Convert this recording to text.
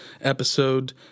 episode